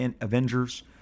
Avengers